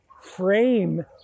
frame